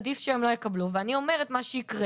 עדיף שהם לא יקבלו ואני אומרת שמה שיקרה